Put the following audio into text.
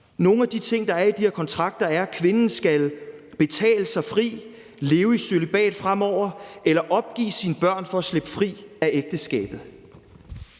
Nogle af de ting, der er i de her kontrakter, er, at kvinden skal betale sig fri, leve i cølibat fremover eller opgive sine børn for at slippe fri af ægteskabet.